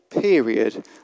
period